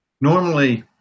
Normally